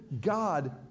God